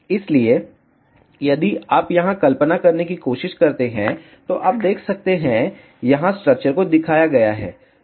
इसलिए यदि आप यहां कल्पना करने की कोशिश करते हैं तो आप इसे देख सकते हैं यहां स्ट्रक्चर को दिखाया गया है